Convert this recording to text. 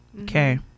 Okay